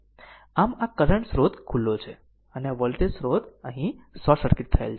આમ આ કરંટ સ્રોત ખુલ્લો છે અને આ વોલ્ટેજ સ્રોત અહીં શોર્ટ સર્કિટ થયેલ છે